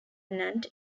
remnant